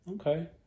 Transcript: okay